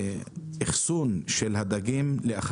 אחסון הדגים.